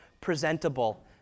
presentable